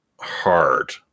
hard